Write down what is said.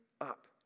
up